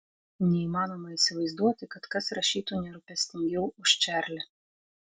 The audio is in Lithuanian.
neįmanoma įsivaizduoti kad kas rašytų nerūpestingiau už čarlį